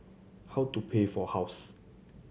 how to pay for house